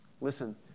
listen